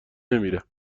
نمیرم